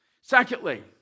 Secondly